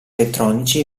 elettronici